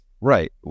right